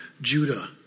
Judah